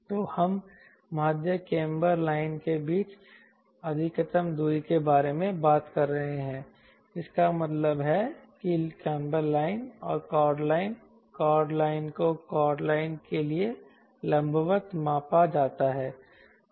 तो हम माध्य केम्बर लाइन के बीच अधिकतम दूरी के बारे में बात कर रहे हैं इसका मतलब है कि काम्बर लाइन और कॉर्ड लाइन कॉर्ड लाइन को कॉर्ड लाइन के लिए लंबवत मापा जाता है